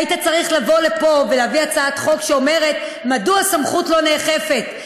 היית צריך לבוא לפה ולהביא הצעת חוק שאומרת מדוע הסמכות לא נאכפת,